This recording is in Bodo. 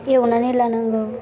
एवनानै लानांगौ